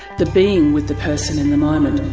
the being with the person in the moment.